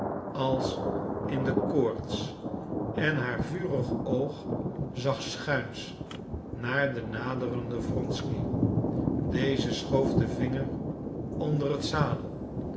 als in de koorts en haar vurig oog zag schuins naar den naderenden wronsky deze schoof den vinger onder het zadel